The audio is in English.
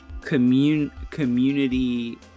community